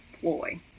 ploy